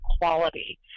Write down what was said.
quality